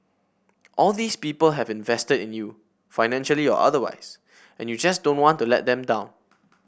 all these people have invested in you financially or otherwise and you just don't want to let them down